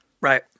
Right